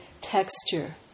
texture